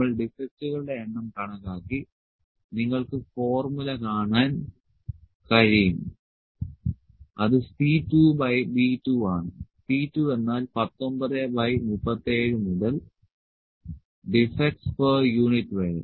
നമ്മൾ ഡിഫെക്ടുകളുടെ എണ്ണം കണക്കാക്കി നിങ്ങൾക്ക് ഫോർമുല കാണാൻ കഴിയും അത് C 2 ബൈ B 2 ആണ് C 2 എന്നാൽ 19 ബൈ 37 മുതൽ ഡിഫെക്ടസ് പെർ യൂണിറ്റ് വരെ